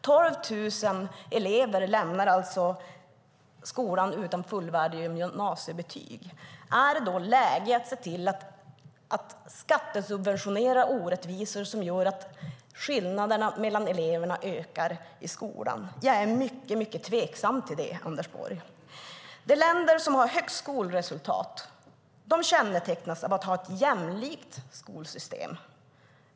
12 000 elever lämnar skolan utan fullvärdiga gymnasiebetyg. Är det då läge att skattesubventionera orättvisor som gör att skillnaderna mellan elever ökar i skolan. Jag är mycket tveksam till det, Anders Borg. De länder som har högst skolresultat kännetecknas av att ha ett jämlikt skolsystem.